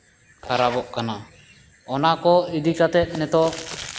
ᱠᱷᱟᱨᱟᱯᱚᱜ ᱠᱟᱱᱟ ᱚᱱᱟ ᱠᱚ ᱤᱫᱤ ᱠᱟᱛᱮ ᱱᱤᱛᱚᱜ